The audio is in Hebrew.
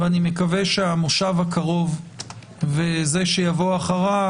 ואני מקווה שהמושב הקרוב וזה שיבוא אחריו,